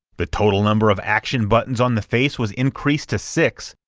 the total number of action buttons on the face was increased to six,